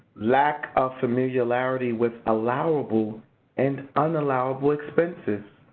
lack of familiarity with allowable and unallowable expenses.